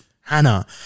Hannah